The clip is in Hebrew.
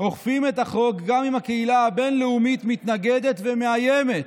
אוכפים את החוק גם אם הקהילה הבין-לאומית מתנגדת ומאיימת.